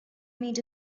meet